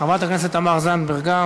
חברת הכנסת תמר זנדברג,